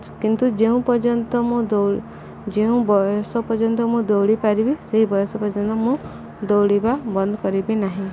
କିନ୍ତୁ ଯେଉଁ ପର୍ଯ୍ୟନ୍ତ ମୁଁ ଦୌ ଯେଉଁ ବୟସ ପର୍ଯ୍ୟନ୍ତ ମୁଁ ଦୌଡ଼ି ପାରିବି ସେଇ ବୟସ ପର୍ଯ୍ୟନ୍ତ ମୁଁ ଦୌଡ଼ିବା ବନ୍ଦ କରିବି ନାହିଁ